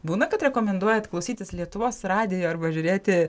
būna kad rekomenduojat klausytis lietuvos radijo arba žiūrėti